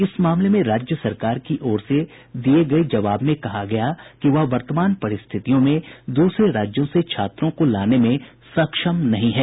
इस मामले में राज्य सरकार की ओर से दिये गये जवाब में कहा गया कि वह वर्तमान परिस्थितियों में दूसरे राज्यों से छात्रों को लाने में सक्षम नहीं है